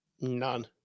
None